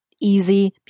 easy